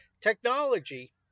technology